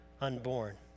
unborn